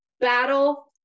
battle